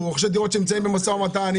רוכשי דירות שנמצאים במשא ומתן,